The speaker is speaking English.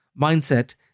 mindset